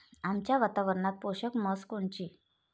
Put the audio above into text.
आमच्या वातावरनात पोषक म्हस कोनची?